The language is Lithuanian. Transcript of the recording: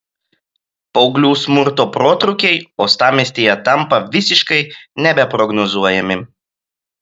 paauglių smurto protrūkiai uostamiestyje tampa visiškai nebeprognozuojami